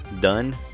done